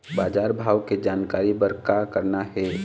बजार भाव के जानकारी बर का करना हे?